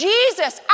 Jesus